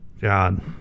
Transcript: God